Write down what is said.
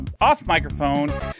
off-microphone